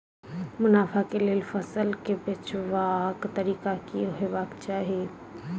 मुनाफा केँ लेल फसल केँ बेचबाक तरीका की हेबाक चाहि?